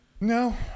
No